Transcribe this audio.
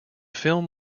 film